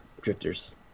Drifters